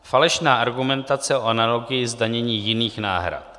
Falešná argumentace o analogii zdanění jiných náhrad